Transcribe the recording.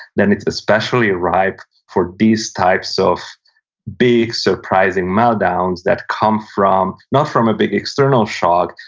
then it's especially ripe for these types of big surprising meltdowns that come from, not from a big external shock,